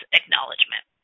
acknowledgement